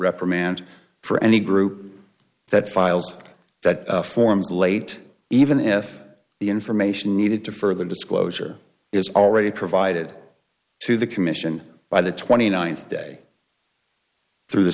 reprimand for any group that files that forms late even if the information needed to further disclosure is already provided to the commission by the twenty ninth day through the